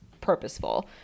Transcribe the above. purposeful